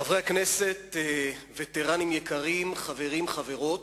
חברי הכנסת, וטרנים יקרים, חברים, חברות,